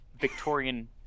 victorian